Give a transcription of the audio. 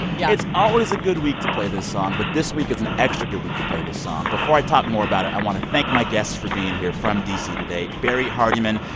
yeah. it's always a good week to play this song. but this week is an extra good week to play this song. before i talk more about it, i want to thank my guests for being here from d c. today barrie hardymon,